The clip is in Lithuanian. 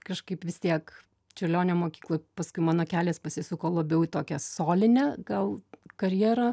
kažkaip vis tiek čiurlionio mokykloj paskui mano kelias pasisuko labiau į tokią solinę gal karjerą